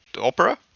opera